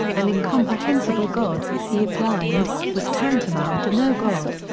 an incomprehensible god, he opined, was tantamount to no god.